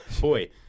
Boy